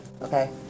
okay